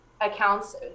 accounts